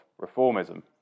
reformism